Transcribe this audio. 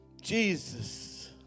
Jesus